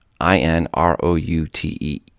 I-N-R-O-U-T-E